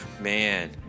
man